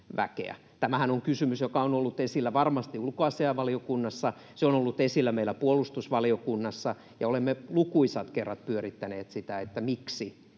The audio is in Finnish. Tämähän on kysymys, joka on ollut esillä varmasti ulkoasiainvaliokunnassa, se on ollut esillä meillä puolustusvaliokunnassa, ja olemme lukuisat kerrat pyörittäneet sitä, miksi